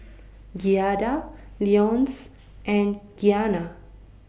Giada Leonce and Gianna